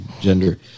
gender